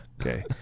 Okay